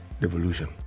devolution